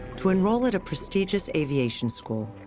to enroll at a prestigious aviation school.